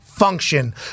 function